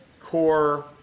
core